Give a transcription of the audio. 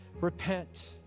repent